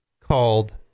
called